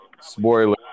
spoiler